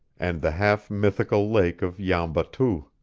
and the half-mythical lake of yamba tooh.